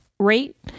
rate